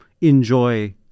enjoy